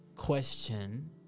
Question